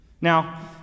Now